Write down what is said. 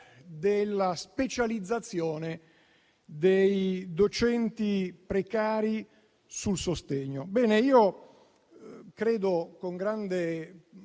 della specializzazione dei docenti precari sul sostegno.